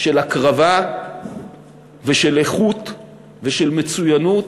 של הקרבה ושל איכות ושל מצוינות